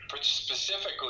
specifically